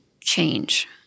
change